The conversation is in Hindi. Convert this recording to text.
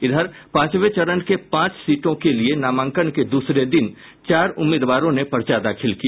इधर पांचवें चरण के पांच सीटों के लिये नामांकन के दूसरे दिन चार उम्मीदवारों ने पर्चा दाखिल किया